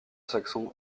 saxon